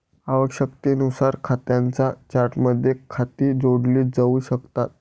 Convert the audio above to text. आवश्यकतेनुसार खात्यांच्या चार्टमध्ये खाती जोडली जाऊ शकतात